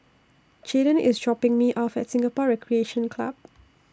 Jadyn IS dropping Me off At Singapore Recreation Club